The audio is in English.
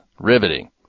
riveting